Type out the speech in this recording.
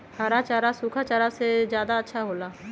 हरा चारा सूखा चारा से का ज्यादा अच्छा हो ला?